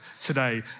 today